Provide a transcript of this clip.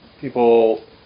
People